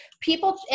people